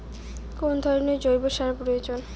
কোন ধরণের জৈব সার প্রয়োজন?